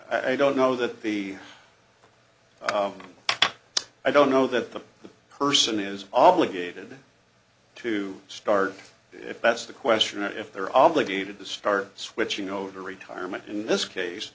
well i don't know that the i don't know that the person is obligated to start if that's the question or if they're obligated to start switching over retirement in this case